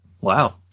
Wow